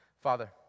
Father